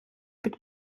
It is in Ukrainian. під